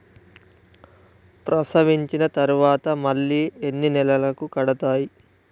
ప్రసవించిన తర్వాత మళ్ళీ ఎన్ని నెలలకు కడతాయి?